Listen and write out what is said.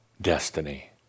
destiny